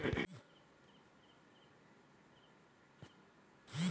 सब्बो देस के करेंसी अलग होथे जइसे नेपाल के रुपइया पइसा ह हमर भारत देश के रुपिया पइसा ले अलग होथे